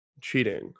Cheating